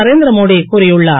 நரேந்திரமோடி கூறியுள்ளார்